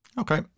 Okay